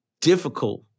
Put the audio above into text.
difficult